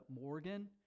Morgan